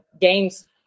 games